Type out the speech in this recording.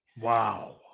Wow